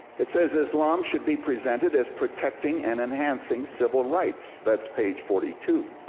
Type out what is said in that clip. it says islam should be presented as protecting and enhancing civil rights. that's page forty two.